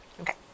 Okay